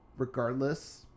regardless